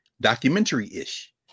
documentary-ish